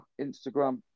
Instagram